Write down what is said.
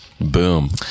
boom